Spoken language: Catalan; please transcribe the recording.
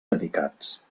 dedicats